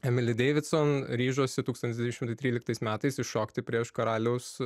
emili davidson ryžosi tūkstantis devyni šimtai tryliktais metais iššokti prieš karaliaus